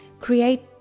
create